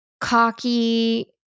cocky